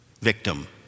victim